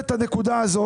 טוב שהעלית את הנושא הזה.